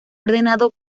ordenado